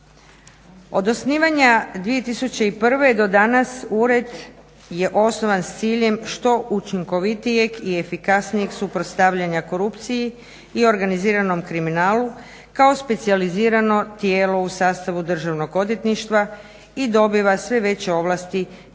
Od osnivanja 2001.do danas ured je osnovan s ciljem što učinkovitijeg i efikasnijeg suprotstavljanja korupciji i organiziranom kriminalu kao specijalizirano tijelo u sastavu Državnog odvjetništva i dobiva sve veće ovlasti